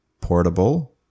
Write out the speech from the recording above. portable